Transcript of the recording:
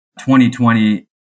2020